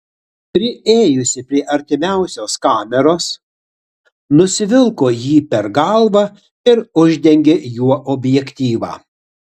priėjusi prie artimiausios kameros nusivilko jį per galvą ir uždengė juo objektyvą